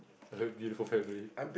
a beautiful family